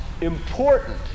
important